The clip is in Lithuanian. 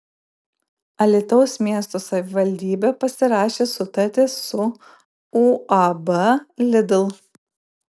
alytaus miesto savivaldybė pasirašė sutartį su uab lidl